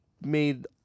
made